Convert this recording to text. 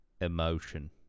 emotion